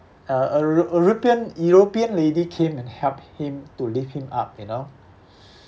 a a euro~ european european lady came and helped him to lift him up you know